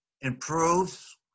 improves